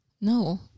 No